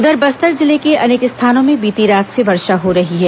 उधर बस्तर जिले के अनेक स्थानों में बीती रात से वर्षा हो रही है